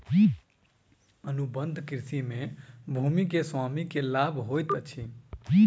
अनुबंध कृषि में भूमि के स्वामी के लाभ होइत अछि